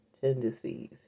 tendencies